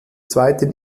zweiten